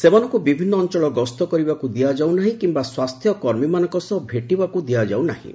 ସେମାନଙ୍କୁ ବିଭିନ୍ନ ଅଞ୍ଚଳଗସ୍ତ କରିବାକୁ ଦିଆଯାଉ ନାହିଁ କିମ୍ବା ସ୍ୱାସ୍ଥ୍ୟ କର୍ମୀମାନଙ୍କ ସହ ଭେଟିବାକୁ ଦିଆଯାଉ ନାହିଁ